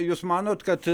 jūs manot kad